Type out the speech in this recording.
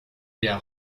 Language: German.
der